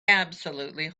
absolutely